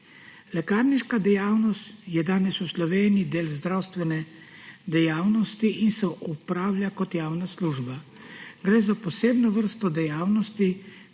Lekarniška dejavnost je danes v Sloveniji del zdravstvene dejavnosti in se opravlja kot javna služba. Gre za posebno vrsto dejavnosti,